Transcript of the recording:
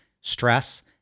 stress